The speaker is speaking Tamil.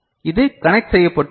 இது கனெக்ட் செய்யப்பட்டுள்ளது